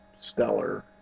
stellar